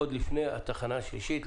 עוד לפני התחנה השלישית,